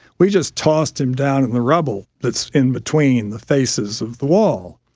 we just tossed him down in the rubble that's in between the faces of the wall.